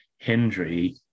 Hendry